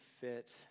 fit